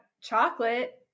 Chocolate